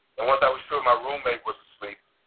and once i was sure my roommate was asleep,